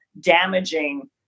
damaging